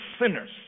sinners